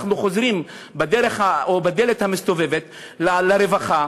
אנחנו חוזרים בדלת המסתובבת לרווחה,